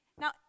Now